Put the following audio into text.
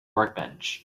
workbench